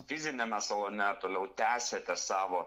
fiziniame salone toliau tęsiate savo